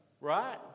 Right